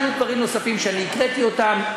יהיו דברים נוספים שאני הקראתי אותם.